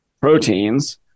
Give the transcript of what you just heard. proteins